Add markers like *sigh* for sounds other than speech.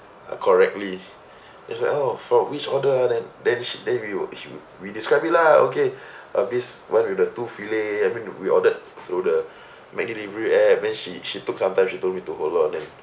correctly *breath* he's like oh for which order ah then then sh~ he will she we described it lah okay *breath* ah this [one] with the two fillet I mean we ordered through the *breath* McDelivery app then she she took sometimes she told me to hold on